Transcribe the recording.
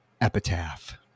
Epitaph